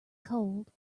cold